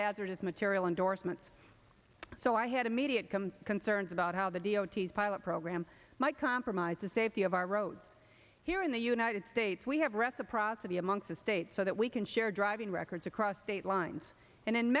hazardous material endorsements so i had immediate come concerns about how the d o t pilot program might compromise the safety of our roads here in the united states we have reciprocity amongst the states so that we can share driving records across state lines and in